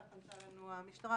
כך ענתה לנו המשטרה,